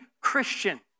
Christian